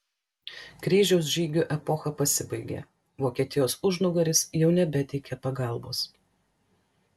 kryžiaus žygių epocha pasibaigė vokietijos užnugaris jau nebeteikė pagalbos